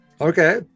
Okay